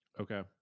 Okay